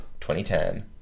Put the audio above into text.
2010